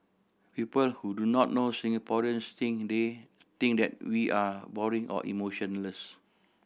people who do not know Singaporeans think they think that we are boring or emotionless